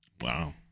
Wow